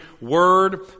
word